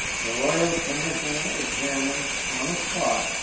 the royal commissioner examined, on the spot,